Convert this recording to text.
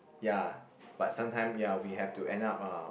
ya but sometime ya we had to end up uh